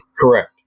Correct